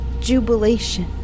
jubilation